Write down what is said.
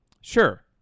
Sure